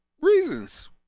reasons